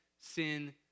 sin